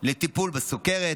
לטיפול בסוכרת,